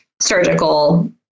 surgical